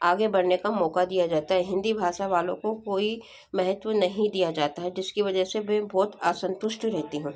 आगे बढ़ने का मौका दिया जाता है हिंदी भाषा वालों को कोई महत्व नहीं दिया जाता है जिसकी वजह से मैं बहुत असंतुष्ट रहती हूँ